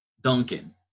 duncan